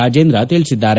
ರಾಜೇಂದ್ರ ತಿಳಿಸಿದ್ದಾರೆ